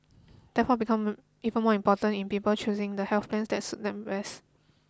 therefore become even more important in people choosing the health plan that suit them best